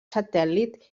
satèl·lit